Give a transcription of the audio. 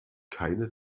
keine